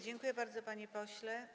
Dziękuję bardzo, panie pośle.